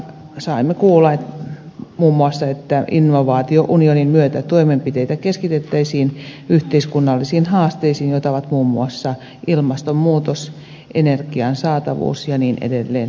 saimme kuulla muun muassa että innovaatiounionin myötä toimenpiteitä keskitettäisiin yhteiskunnallisiin haasteisiin joita ovat muun muassa ilmastonmuutos energian saatavuus ja niin edelleen